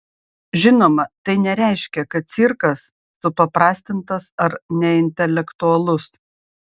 žinoma tai nereiškia kad cirkas supaprastintas ar neintelektualus